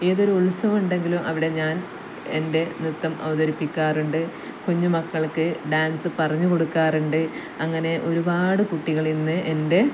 ഏതൊരു ഉത്സവം ഉണ്ടെങ്കിലും അവിടെ ഞാൻ എൻ്റെ നൃത്തം അവതരിപ്പിക്കാറുണ്ട് കുഞ്ഞുമക്കൾക്ക് ഡാൻസ് പറഞ്ഞു കൊടുക്കാറുണ്ട് അങ്ങനെ ഒരുപാട് കുട്ടികൾ ഇന്ന് എൻ്റെ